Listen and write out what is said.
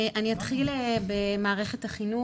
אני אתחיל במערכת החינוך,